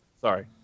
Sorry